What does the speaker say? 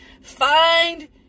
find